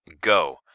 go